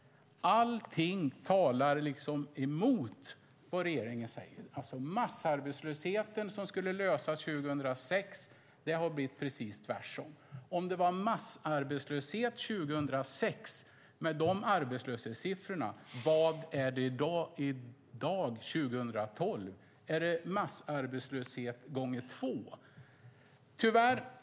Allting talar liksom emot vad regeringen säger. Massarbetslösheten skulle lösas 2006. Det har blivit precis tvärtom. Om det var massarbetslöshet 2006, med de arbetslöshetssiffrorna, vad är det då i dag, 2012? Är det massarbetslöshet gånger två?